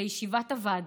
בישיבת הוועדה: